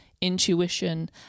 intuition